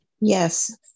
Yes